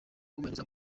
kubahiriza